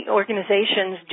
organizations